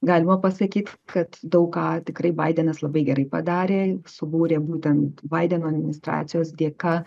galima pasakyt kad daug ką tikrai baidenas labai gerai padarė subūrė būtent baideno administracijos dėka